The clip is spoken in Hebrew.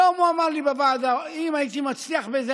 היום הוא אמר לי בוועדה: אם הייתי מצליח בזה,